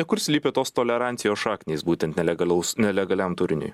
kur slypi tos tolerancijos šaknys būtent nelegalaus nelegaliam turiniui